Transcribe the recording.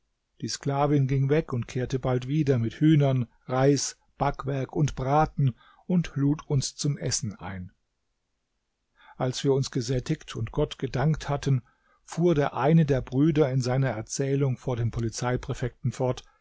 die sklavin ging weg und kehrte bald wieder mit hühnern reis backwerk und braten und lud uns zum essen ein als wir uns gesättigt und gott gedankt hatten fuhr der eine der brüder in seiner erzählung vor dem polizeipräfekten fort